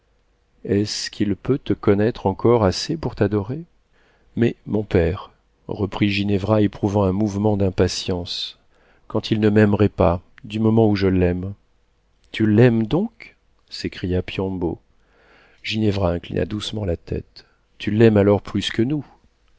est-ce qu'il peut te connaître encore assez pour t'adorer mais mon père reprit ginevra éprouvant un mouvement d'impatience quand il ne m'aimerait pas du moment où je l'aime tu l'aimes donc s'écria piombo ginevra inclina doucement la tête tu l'aimes alors plus que nous